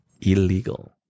illegal